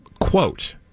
quote